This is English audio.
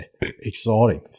Exciting